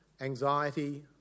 anxiety